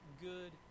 good